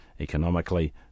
economically